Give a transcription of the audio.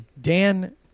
Dan